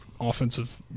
offensive